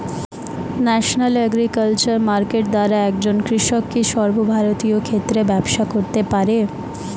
National agriculture market দ্বারা একজন কৃষক কি সর্বভারতীয় ক্ষেত্রে ব্যবসা করতে পারে?